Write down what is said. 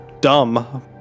dumb